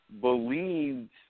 believed